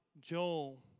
Joel